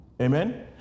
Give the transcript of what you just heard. Amen